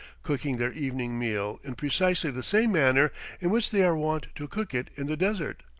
cooking their evening meal in precisely the same manner in which they are wont to cook it in the desert,